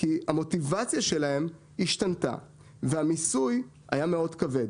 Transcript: כי המוטיבציה שלהם השתנתה והמיסוי היה מאוד כבד.